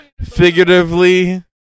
figuratively